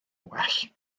gwell